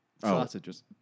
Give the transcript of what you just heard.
sausages